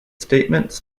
statements